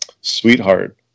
sweetheart